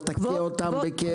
לא תכה אותם בכאב,